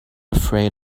afraid